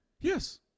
Yes